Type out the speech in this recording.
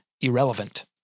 irrelevant